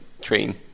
train